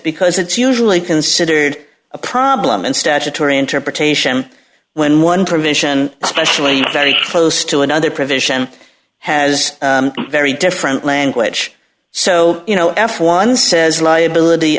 because it's usually considered a problem and statutory interpretation when one provision especially very close to another provision has very different language so you know f one says liability